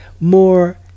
more